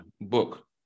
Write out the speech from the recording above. book